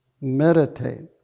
meditate